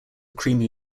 creamy